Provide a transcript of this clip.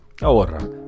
Ahora